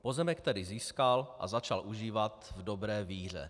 Pozemek tedy získal a začal užívat v dobré víře.